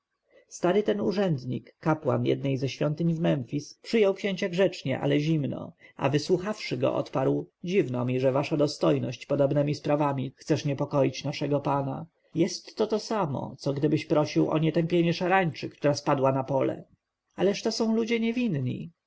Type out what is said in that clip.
stary ten urzędnik kapłan jednej ze świątyń w memfis przyjął księcia grzecznie ale zimno a wysłuchawszy go odparł dziwno mi że wasza dostojność podobnemi sprawami chcesz niepokoić naszego pana jest to to samo co gdybyś prosił o nietępienie szarańczy która spadła na pole ależ to są ludzie niewinni